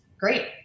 great